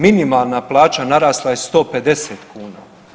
Minimalna plaća narasla je 150 kuna.